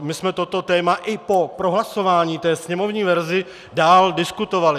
My jsme toto téma i po prohlasování sněmovní verze dál diskutovali.